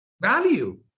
Value